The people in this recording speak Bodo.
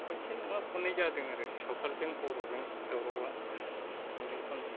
खनसे नङा खननै जादों आरो सावथालजों बर'जों दावरावा खननै खन